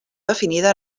definida